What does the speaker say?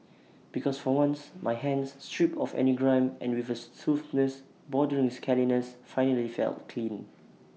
because for once my hands stripped of any grime and with A smoothness bordering scaliness finally felt clean